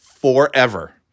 forever